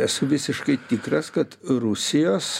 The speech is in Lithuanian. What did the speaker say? esu visiškai tikras kad rusijos